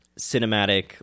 cinematic